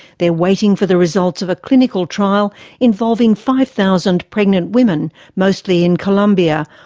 they're waiting for the results of a clinical trial involving five thousand pregnant women, mostly in colombia,